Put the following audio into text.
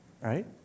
right